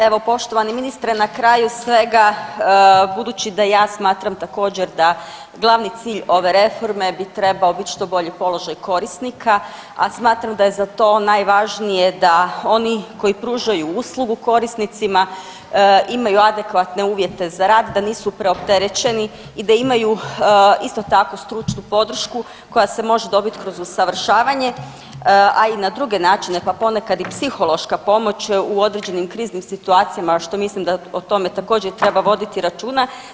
Evo, poštovani ministre, na kraju svega, budući da ja smatram također, da glavni cilj ove reforme bi trebao biti što bolji položaj korisnika, a smatram da je za to najvažnije da oni koji pružaju uslugu korisnicima, imaju adekvatne uvjete za rad, da nisu preopterećeni i da imaju isto tako, stručnu podršku koja se može dobiti kroz usavršavanje, a i na druge načine, pa ponekad i psihološka pomoć u određenim kriznim situacijama, što mislim da o tome također, treba voditi računa.